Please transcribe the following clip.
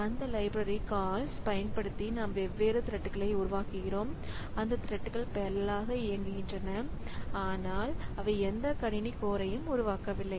அந்த library calls பயன்படுத்தி நாம் வெவ்வேறு த்ரெட்களைப் உருவாக்குகிறோம் அந்த த்ரெட்கள் பெரலல்லாக இயங்குகின்றன ஆனால் அவை எந்த கணினி கோரையும் உருவாக்கவில்லை